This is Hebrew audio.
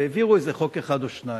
והעבירו איזה חוק אחד או שניים,